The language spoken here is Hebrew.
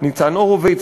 ניצן הורוביץ,